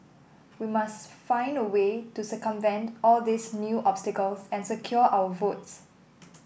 we must find a way to circumvent all these new obstacles and secure our votes